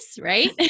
Right